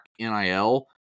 NIL